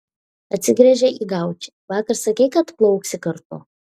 atsigręžė į gaučį vakar sakei kad plauksi kartu